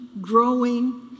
growing